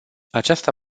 aceasta